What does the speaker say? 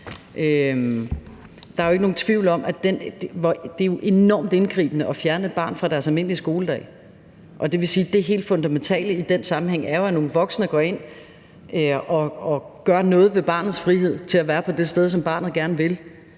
Der er jo ikke nogen tvivl om, at det er enormt indgribende at fjerne et barn fra dets almindelige skoledag, og det vil sige, at det helt fundamentale i den sammenhæng er, at nogle voksne går ind og gør noget ved barnets frihed til at være på det sted, som barnet gerne vil,